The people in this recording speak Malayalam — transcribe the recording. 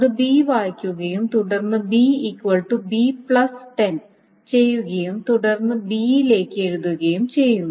അത് b വായിക്കുകയും തുടർന്ന് b b10 ചെയ്യുകയും തുടർന്ന് b ലേക്ക് എഴുതുകയും ചെയ്യുന്നു